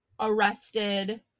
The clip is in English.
arrested